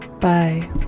bye